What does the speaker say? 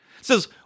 says